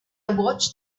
watched